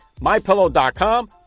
MyPillow.com